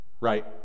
right